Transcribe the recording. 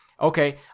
okay